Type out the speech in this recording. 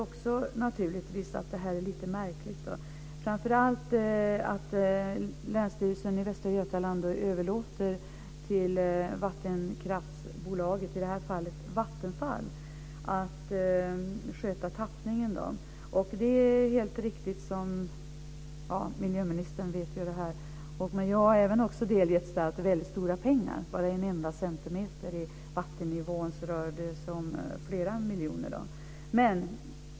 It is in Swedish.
Detta är lite märkligt, framför allt att Länsstyrelsen i Västra Götaland överlåter till vattenkraftsbolaget - i det här fallet Vattenfall - att sköta tappningen. Jag har delgetts att det gäller stora pengar - miljöministern känner till detta. För bara en enda centimeters skillnad i vattennivån rör det sig om flera miljoner.